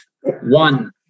one